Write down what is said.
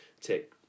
take